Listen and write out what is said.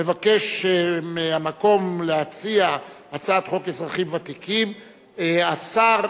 המבקש מהמקום להציע את הצעת חוק האזרחים הוותיקים (תיקון,